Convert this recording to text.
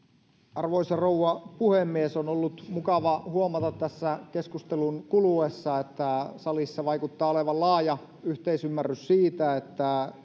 arvoisa rouva puhemies on ollut mukava huomata tässä keskustelun kuluessa että salissa vaikuttaa olevan laaja yhteisymmärrys siitä että